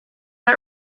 not